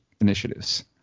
initiatives